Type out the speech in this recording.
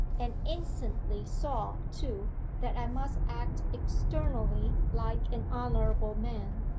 and instantly saw, too, that i must act externally like an honourable man.